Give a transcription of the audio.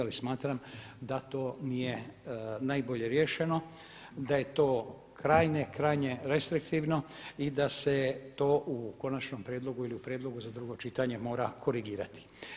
Ali smatram da to nije najbolje riješeno, da je to krajnje, krajnje restriktivno i da se je u to konačnom prijedlogu ili u prijedlogu za drugo čitanje mora korigirati.